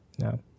No